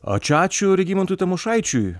o čia ačiū regimantui tamošaičiui